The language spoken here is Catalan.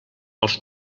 els